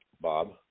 Bob